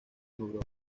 europa